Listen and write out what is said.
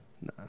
Nah